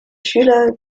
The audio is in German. schüler